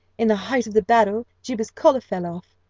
in the height of the battle juba's collar fell off.